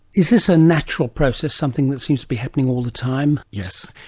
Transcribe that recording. is this a natural process, something that seems to be happening all the time? yes,